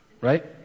right